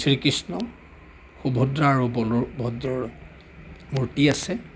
শ্ৰী কৃষ্ণ সুভদ্ৰা আৰু বলোভদ্ৰৰ মূৰ্তি আছে